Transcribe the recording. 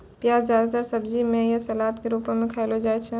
प्याज जादेतर सब्जी म या सलाद क रूपो म खयलो जाय छै